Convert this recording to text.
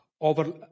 over